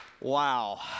Wow